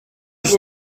гэж